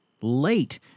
late